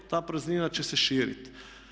Ta praznina će se širiti.